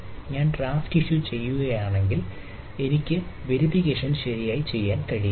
ഞാൻ draft issue ചെയ്യുകയാണെങ്കിൽ എനിക്ക് വെരിഫിക്കേഷൻ ശരിയായി ചെയ്യാൻ കഴിയില്ല